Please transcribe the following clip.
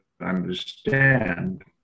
understand